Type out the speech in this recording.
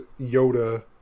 Yoda